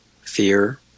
fear